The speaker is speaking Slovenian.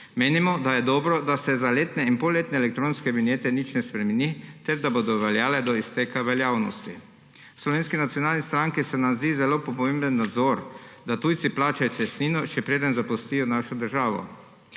Menimo, da je dobro, da se za letne in polletne elektronske vinjete nič ne spremeni ter da bodo veljale do izteka veljavnosti. V Slovenski nacionalni stranki se nam zdi zelo pomemben nadzor, da tujci plačajo cestnino, še preden zapustijo našo državo.